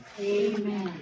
Amen